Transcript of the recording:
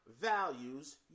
values